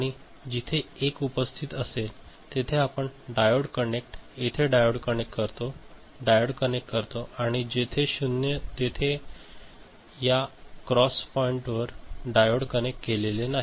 आणि जिथे 1 उपस्थित असेल तेथे आपण डायोड कनेक्ट इथे डायोड कनेक्ट करतो डायोड कनेक्ट करतो आणि जेथे 0 तेथे आहे तेथे या क्रॉस पॉईंटवर डायोड कनेक्ट केलेले नाही